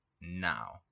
Now